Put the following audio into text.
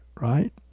right